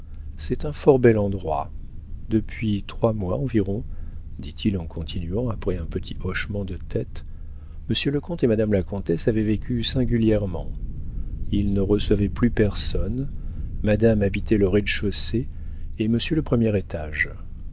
c'est un fort bel endroit depuis trois mois environ dit-il en continuant après un petit hochement de tête monsieur le comte et madame la comtesse avaient vécu singulièrement ils ne recevaient plus personne madame habitait le rez-de-chaussée et monsieur le premier étage